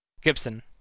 Gibson